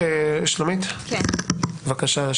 שלומית, בבקשה.